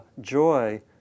joy